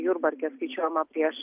jurbarke skaičiuojama prieš